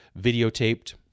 videotaped